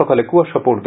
সকালে কুয়াশা পডবে